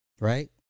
Right